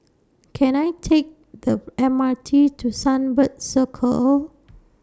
Can I Take The M R T to Sunbird Circle